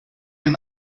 and